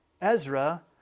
Ezra